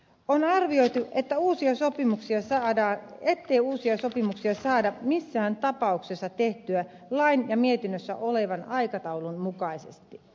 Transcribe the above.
on arvioitu ettei uusia sopimuksia saada missään tapauksessa tehtyä lain ja mietinnössä olevan aikataulun mukaisesti